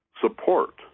support